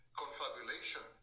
confabulation